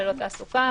ללא תעסוקה,